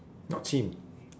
not chim